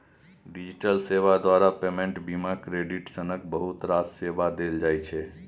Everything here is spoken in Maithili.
डिजिटल सेबा द्वारा पेमेंट, बीमा, क्रेडिट सनक बहुत रास सेबा देल जाइ छै